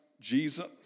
Jesus